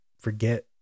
forget